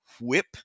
whip